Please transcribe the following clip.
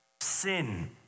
Sin